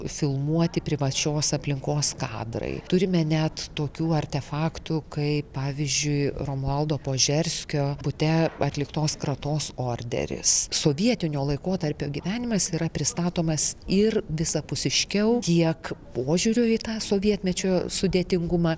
filmuoti privačios aplinkos kadrai turime net tokių artefaktų kaip pavyzdžiui romualdo požerskio bute atliktos kratos orderis sovietinio laikotarpio gyvenimas yra pristatomas ir visapusiškiau tiek požiūriu į tą sovietmečio sudėtingumą